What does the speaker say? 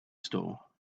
store